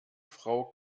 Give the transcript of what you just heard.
frau